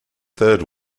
third